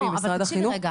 ממשרד החינוך.